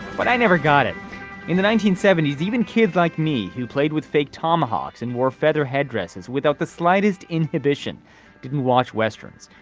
but i never got it in the nineteen seventy s even kids like me who played with fake tomahawks and more feather headdresses without the slightest inhibition didn't watch westerns.